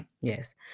Yes